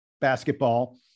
basketball